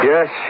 Yes